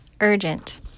Urgent